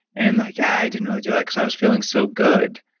and like, yeah, i didn't really do that because i was feeling so good.